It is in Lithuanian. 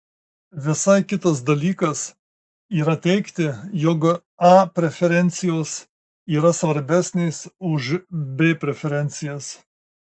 visai kitas dalykas yra teigti jog a preferencijos yra svarbesnės už b preferencijas